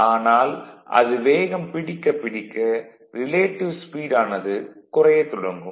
ஆனால் அது வேகம் பிடிக்க பிடிக்க ரிலேட்டிவ் ஸ்பீடு ஆனது குறையத் தொடங்கும்